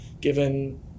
given